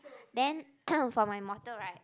then for my mortal right